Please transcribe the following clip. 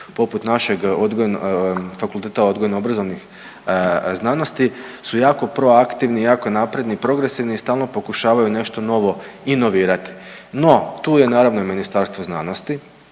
poput našeg odgojno, Fakulteta odgojno-obrazovnih znanosti su jako proaktivni i jako napredni i progresivni i stalno pokušavaju nešto novo inovirati. No tu je naravno i Ministarstvo znanosti